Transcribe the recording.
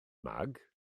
mag